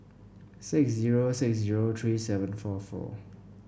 six zero six zero three seven four four